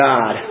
God